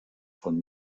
von